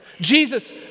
Jesus